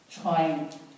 trying